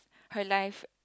her life